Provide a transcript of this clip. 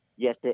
Yes